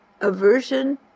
aversion